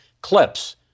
clips